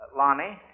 lonnie